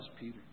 Peter